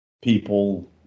People